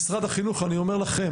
משרד החינוך אני אומר לכם,